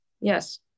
yes